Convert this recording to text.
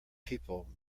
people